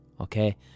Okay